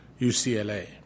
UCLA